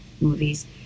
movies